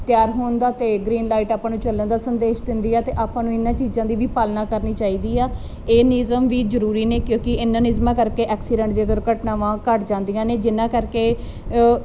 ਤਿਆਰ ਹੋਣ ਦਾ ਤੇ ਗਰੀਨ ਲਾਈਟ ਆਪਾਂ ਨੂੰ ਚੱਲਣ ਦਾ ਸੰਦੇਸ਼ ਦਿੰਦੀ ਐ ਤੇ ਆਪਾਂ ਨੂੰ ਇਨਾਂ ਚੀਜਾਂ ਦੀ ਵੀ ਪਾਲਨਾ ਕਰਨੀ ਚਾਹੀਦੀ ਆ ਇਹ ਨਿਯਮ ਵੀ ਜਰੂਰੀ ਨੇ ਕਿਉਂਕਿ ਇਹਨਾਂ ਨਿਯਮਾਂ ਕਰਕੇ ਐਕਸੀਡੈਂਟ ਦੀਆਂ ਦੁਰਘਟਨਾਵਾਂ ਘਟ ਜਾਂਦੀਆਂ ਨੇ ਜਿਹਨਾਂ ਕਰਕੇ